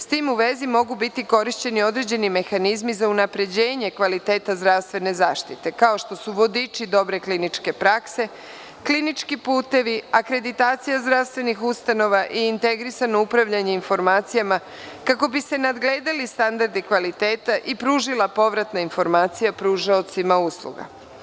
S tim u vezi mogu biti korišćeni određeni mehanizmi za unapređenje kvaliteta zdravstvene zaštite, kao što su vodiči dobre kliničke prakse, klinički putevi, akreditacija zdravstvenih ustanova, i integrisano upravljanje informacijama kako bi se nadgledali standardi kvaliteta i pružila povratna informacija pružaocima usluga.